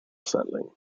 settling